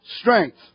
strength